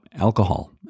alcohol